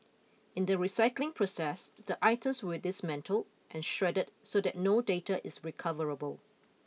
in the recycling process the items will dismantle and shred so that no data is recoverable